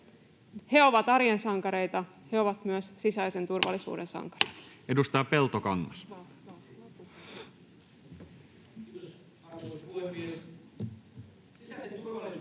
He ovat arjen sankareita. He ovat myös sisäisen turvallisuuden sankareita.